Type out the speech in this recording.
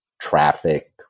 traffic